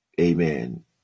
Amen